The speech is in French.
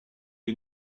est